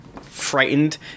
frightened